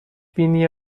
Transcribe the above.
بینی